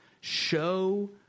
show